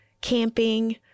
camping